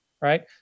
right